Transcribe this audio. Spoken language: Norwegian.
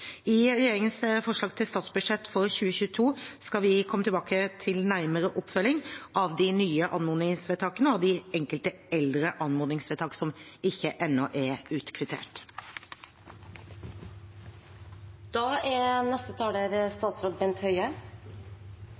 I regjeringens forslag til statsbudsjett for 2022 skal vi komme nærmere tilbake til oppfølgingen av de nye anmodningsvedtakene og de enkelte eldre anmodningsvedtakene som ennå ikke er